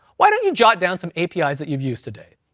why don't you jot down some apis that you've used today,